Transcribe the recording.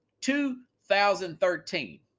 2013